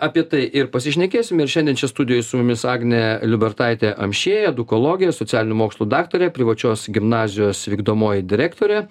apie tai ir pasišnekėsim ir šiandien čia studijoj su jumis agnė liubertaitė amšiejė edukologė socialinių mokslų daktarė privačios gimnazijos vykdomoji direktorė